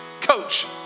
coach